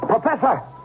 Professor